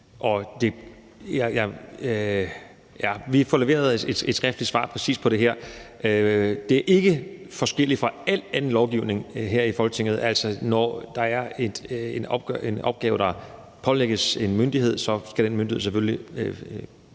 Vi får leveret et skriftligt svar præcis på det her. Det er ikke forskelligt fra al anden lovgivning her i Folketinget. Altså, når der er en opgave, der pålægges en myndighed, skal den myndighed selvfølgelig